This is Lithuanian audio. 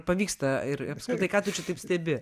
pavyksta ir apskritai ką tu čia taip stebi